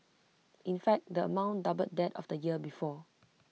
in fact the amount doubled that of the year before